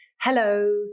hello